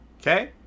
Okay